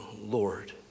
Lord